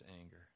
anger